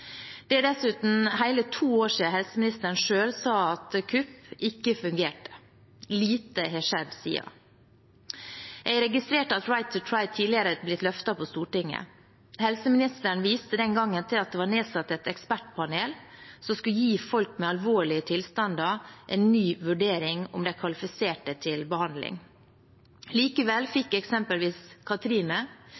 Det er dessuten hele to år siden helseministeren selv sa at KUPP, kunnskapsbaserte oppdateringsvisitter, ikke fungerte. Lite har skjedd siden. Jeg har registrert at «right to try» tidligere har blitt løftet på Stortinget. Helseministeren viste den gangen til at det var nedsatt et ekspertpanel som skulle gi folk med alvorlige tilstander en ny vurdering av om de kvalifiserte til behandling. Likevel